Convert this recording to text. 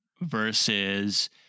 versus